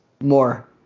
More